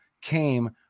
came